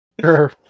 Sure